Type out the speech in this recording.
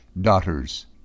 daughters